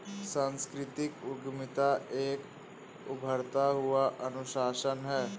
सांस्कृतिक उद्यमिता एक उभरता हुआ अनुशासन है